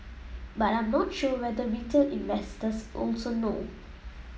but I'm not sure whether retail investors also know